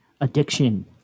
addiction